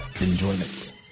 Enjoyment